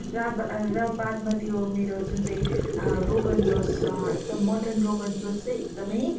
र आब र बादमा त्यो मेरो जुन चाहिँ रोगन जोस छ एकदम मटन रोगन जोस चाहिँ एकदमै